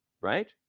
Right